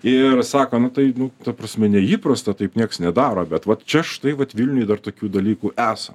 ir sako nu tai nu ta prasme neįprasta taip nieks nedaro bet vat čia štai vat vilniuj dar tokių dalykų esą